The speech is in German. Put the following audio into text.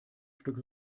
stück